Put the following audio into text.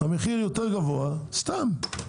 יוצר שהמחיר יותר גבוה ולכן זה סתם.